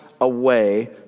away